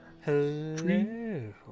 Hello